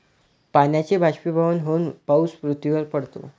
पाण्याचे बाष्पीभवन होऊन पाऊस पृथ्वीवर पडतो